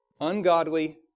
ungodly